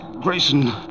Grayson